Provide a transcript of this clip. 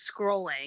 scrolling